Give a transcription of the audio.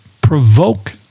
provoke